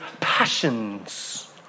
passions